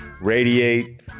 radiate